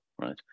right